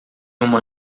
uma